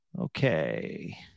okay